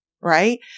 right